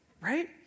right